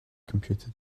computed